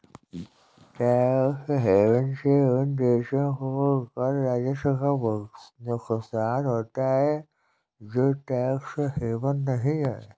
tax haven से उन देशों को कर राजस्व का नुकसान होता है जो टैक्स हेवन नहीं हैं